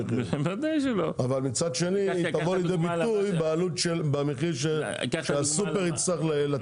אבל מצד שני תבוא לידי ביטוי במחיר שהסופר צריך לתת.